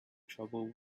trouble